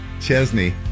Chesney